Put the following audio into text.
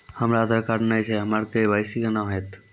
हमरा आधार कार्ड नई छै हमर के.वाई.सी कोना हैत?